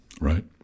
Right